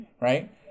Right